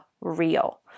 real